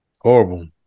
horrible